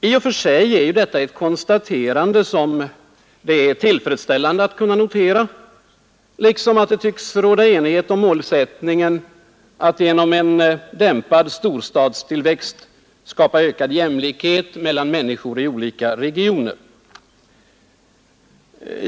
I och för sig är det ett konstaterande, som det är tillfredsställande att kunna notera liksom att det tycks råda enighet om målsättningen att genom en dämpad storstadstillväxt skapa ökad jämlikhet mellan människor i olika regioner.